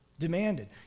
Demanded